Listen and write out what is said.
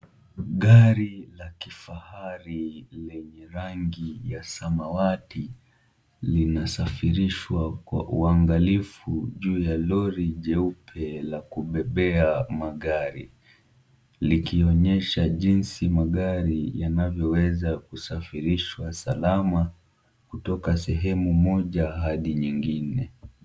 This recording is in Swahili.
Gari la kifahari lenye rangi ya samawati linasafirishwa kwa uangalifu juu ya lori jeupe la kubebea magari, likionyesha jinsi magari yanavyoweza kusafirishwa salama kutoka sehemu moja hadi nyingine.